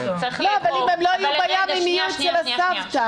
אבל אם הם לא יהיו בים הם יהיו אצל הסבתא.